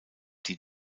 die